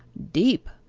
deep?